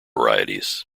varieties